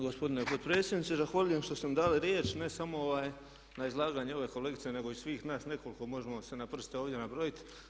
Gospodine potpredsjedniče zahvaljujem što ste mi dali riječ, ne samo na izlaganje ove kolegice nego i svih nas nekoliko možemo se na prste ovdje nabrojiti.